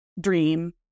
dream